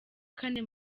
kane